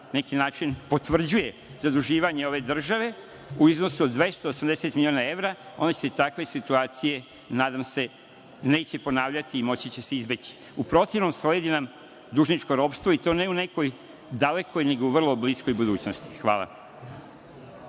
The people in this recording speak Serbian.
neki način potvrđuje zaduživanje ove države u iznosu od 280 miliona evra, pa se takve situacije, nadam se, neće ponavljati, tj. moći će se izbeći. U protivnom nam sledi dužničko ropstvo, i to ne u nekoj dalekoj, nego u vrlo bliskoj budućnosti. Hvala.